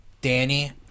Danny